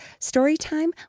Storytime